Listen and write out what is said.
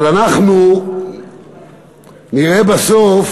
אבל אנחנו נראה בסוף